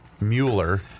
Mueller